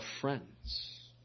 friends